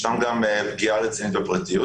ישנה גם פגיעה רצינית בפרטיות.